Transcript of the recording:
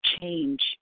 change